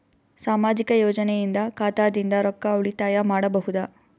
ಸಾಮಾಜಿಕ ಯೋಜನೆಯಿಂದ ಖಾತಾದಿಂದ ರೊಕ್ಕ ಉಳಿತಾಯ ಮಾಡಬಹುದ?